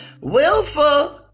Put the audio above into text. willful